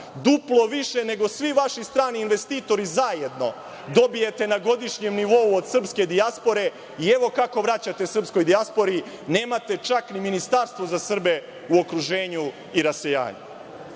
Duplo više nego svi vaši strani investitori zajedno dobijete na godišnjem nivou od srpske dijaspore i evo kako vraćate srpskoj dijaspori, nemate čak ni ministarstvo za Srbe u okruženju i rasejanju. Naravno,